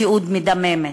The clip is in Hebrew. מציאות מדממת.